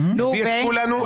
נו ו ---?